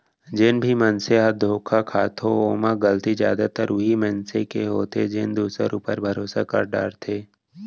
जेन भी मनसे ह धोखा खाथो ओमा गलती जादातर उहीं मनसे के होथे जेन दूसर ऊपर भरोसा कर डरथे